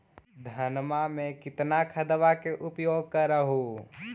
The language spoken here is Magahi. धानमा मे कितना खदबा के उपयोग कर हू?